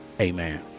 Amen